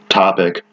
topic